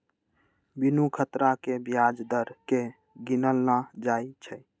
बिनु खतरा के ब्याज दर केँ गिनल न जाइ छइ